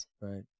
Right